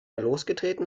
losgetreten